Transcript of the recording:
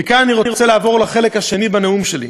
מכאן אני רוצה לעבור לחלק השני בנאום שלי,